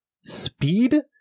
speed